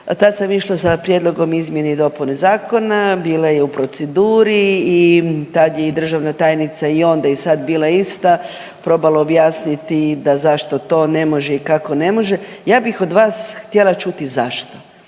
tad sam išla sa prijedlogom izmjene i dopune zakona, bila je u proceduri i tad je i državna tajnica i onda i sad bila ista, probala objasniti da zašto to ne može i kako ne može, ja bih od vas htjela čuti zašto,